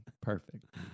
Perfect